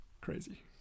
crazy